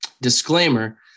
disclaimer